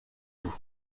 vous